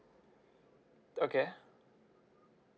okay